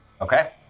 Okay